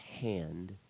hand